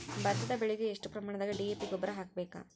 ಭತ್ತದ ಬೆಳಿಗೆ ಎಷ್ಟ ಪ್ರಮಾಣದಾಗ ಡಿ.ಎ.ಪಿ ಗೊಬ್ಬರ ಹಾಕ್ಬೇಕ?